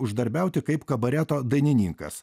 uždarbiauti kaip kabareto dainininkas